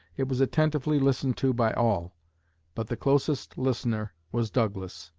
it was attentively listened to by all but the closest listener was douglas,